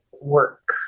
work